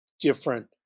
different